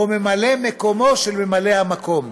או ממלא מקומו של ממלא המקום.